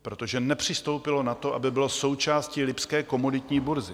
Protože nepřistoupilo na to, aby bylo součástí lipské komoditní burzy.